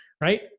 Right